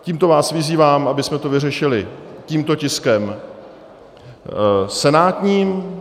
Tímto vás vyzývám, abychom to vyřešili tímto tiskem senátním.